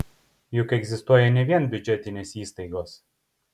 juk egzistuoja ne vien biudžetinės įstaigos